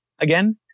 again